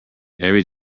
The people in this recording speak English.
every